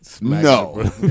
No